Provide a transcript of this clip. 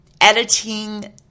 editing